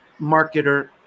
marketer